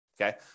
okay